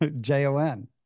J-O-N